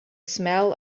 smell